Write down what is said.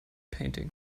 painting